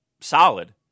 solid